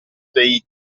dei